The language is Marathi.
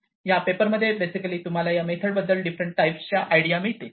या या पेपरमध्ये बेसिकली तुम्हाला या या मेथड बद्दल डिफरंट टाईप च्या आयडिया मिळतील